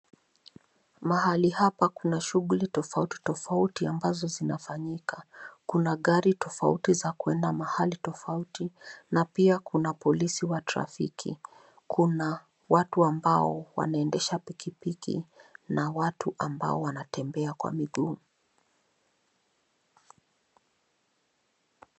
Mahali hapa kuna shughuli tofauti tofauti ambazo zinafanyika. Kuna gari tofauti za kuenda mahali tofauti na pia kuna polisi wa trafiki. Kuna watu ambao wanaendesha pikipiki na watu ambao wanatembea kwa miguu.